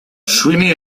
sweeney